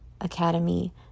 academy